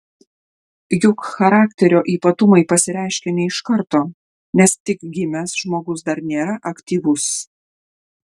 juk charakterio ypatumai pasireiškia ne iš karto nes tik gimęs žmogus dar nėra aktyvus